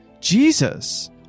Jesus